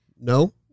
No